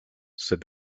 said